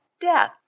death